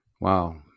Wow